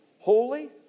Holy